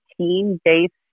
team-based